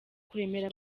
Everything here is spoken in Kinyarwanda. kuremera